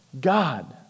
God